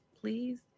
Please